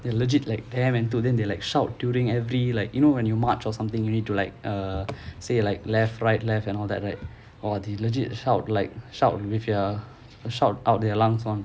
they legit like damn enthusiastic then they like shout during every like you know when you march or something you need to like err say like left right left and all that right or they legit shout like shout with uh shout out their lungs [one]